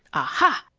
aha!